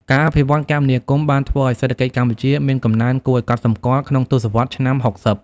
ការអភិវឌ្ឍគមនាគមន៍បានធ្វើឱ្យសេដ្ឋកិច្ចកម្ពុជាមានកំណើនគួរឱ្យកត់សម្គាល់ក្នុងទសវត្សរ៍ឆ្នាំ ៦០។